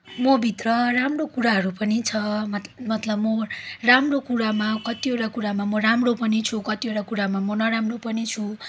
मभित्र राम्रो कुराहरू पनि छ मत मतलब म राम्रो कुरामा कतिवटा कुरामा म राम्रो पनि छु कतिवटा कुरामा म नराम्रो पनि छु